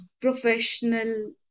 professional